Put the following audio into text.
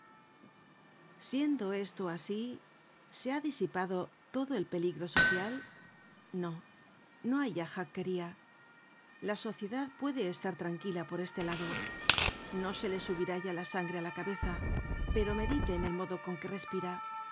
siendo esto asi se ha disipado todo peligro social no no hay ya jacquerta la sociedad puede estar tranquila por este lado no se le subirá ya la sangre á la cabeza pero medite en el modo con que respira